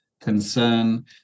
concern